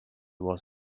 was